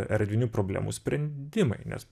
erdvinių problemų sprendimai nes